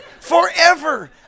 Forever